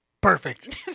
Perfect